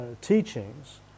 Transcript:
teachings